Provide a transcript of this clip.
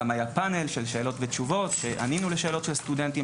גם היה פאנל של שאלות ותשובות שענינו לשאלות של סטודנטים